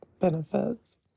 benefits